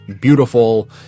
beautiful